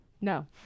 No